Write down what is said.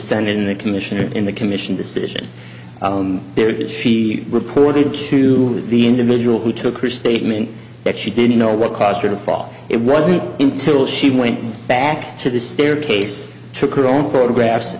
send in the commission in the commission decision there that she reported to the individual who took her statement that she didn't know what caused her to fall it wasn't until she went back to the staircase took her own photographs